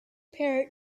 parrot